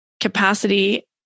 capacity